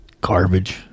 Garbage